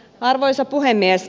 arvoisa puhemies